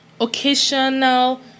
occasional